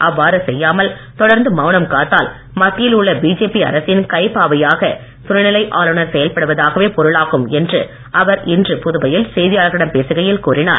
அவ்வாறு செய்யாமல் தொடர்ந்து மௌனம் காத்தால் மத்தியில் உள்ள பிஜேபி அரசின் கைப்பாவையாக துணைநிலை ஆளுநர் செயல்படுவதாகவே பொருளாகும் என்றும் அவர் இன்று புதுவையில் செய்தியாளர்களிடம் பேசுகையில் கூறினார்